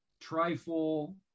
trifle